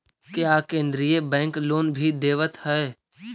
क्या केन्द्रीय bank loan भी देवत हैं